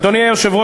אדוני היושב-ראש,